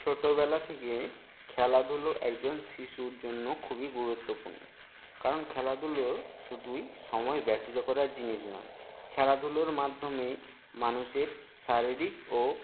ছোটোবেলা থেকে খেলাধুলো একজন শিশুর জন্য খুবই গুরুত্বপূর্ণ কারণ খেলাধুলো শুধুই সময় করার জিনিস নয় খেলাধুলার মাধ্যমে মানুষের শারীরিক ও